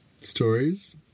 stories